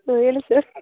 ಹ್ಞೂ ಹೇಳಿ ಸರ್